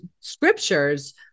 scriptures